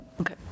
Okay